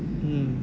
mm